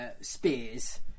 Spears